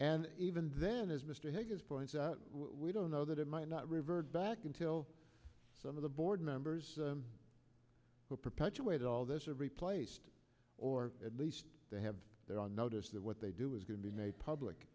and even then as mr higgins points out we don't know that it might not revert back until some of the board members who perpetuate all this are replaced or at least they have their on notice that what they do is going to be made public